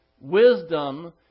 wisdom